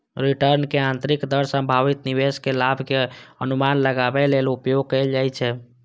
रिटर्नक आंतरिक दर संभावित निवेश के लाभ के अनुमान लगाबै लेल उपयोग कैल जाइ छै